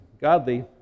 godly